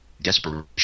desperation